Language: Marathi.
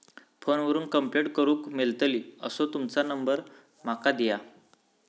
फोन करून कंप्लेंट करूक मेलतली असो तुमचो नंबर माका दिया?